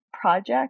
project